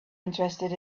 interested